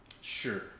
sure